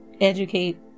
educate